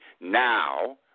Now